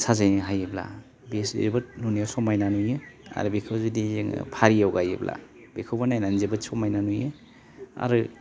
साजायनो हायोब्ला बेयो जोबोद नुनायाव समायना नुयो आरो बेखौ जुदि जोङो फारियाव गायोब्ला बेखौबो नायनानै जोबोद समायना नुयो आरो